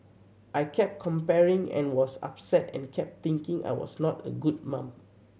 I kept comparing and was upset and kept thinking I was not a good mum